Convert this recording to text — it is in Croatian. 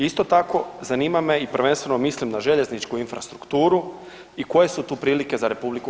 Isto tako zanima me i prvenstveno mislim na željezničku infrastrukturu i koje su tu prilike za RH?